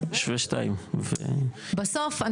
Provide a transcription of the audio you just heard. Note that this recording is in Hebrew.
בסוף,